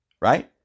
right